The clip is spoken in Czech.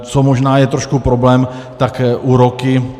Co možná je trošku problém, tak úroky.